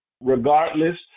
regardless